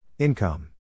Income